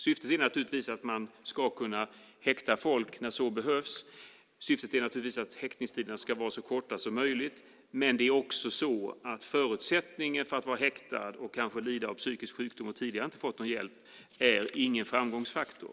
Syftet är naturligtvis att man ska kunna häkta folk när så behövs och att häktningstiderna ska vara så korta som möjligt. Men det är också så att förutsättningen för att vara häktad och kanske lida av psykisk sjukdom och tidigare inte ha fått någon hjälp inte är någon framgångsfaktor.